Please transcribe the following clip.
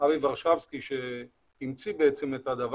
ארי ורשבסקי שהמציא את זה.